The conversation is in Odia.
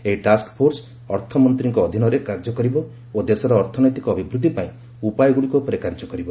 ଏହି ଟାସ୍କଫୋର୍ସ ଅର୍ଥମନ୍ତୀଙ୍କ ଅଧୀନରେ କାର୍ଯ୍ୟ କରିବ ଓ ଦେଶର ଅର୍ଥନୈତିକ ଅଭିବୃଦ୍ଧି ପାଇଁ ଉପାୟଗୁଡ଼ିକ ଉପରେ କାର୍ଯ୍ୟ କରିବ